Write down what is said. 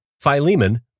Philemon